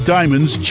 Diamonds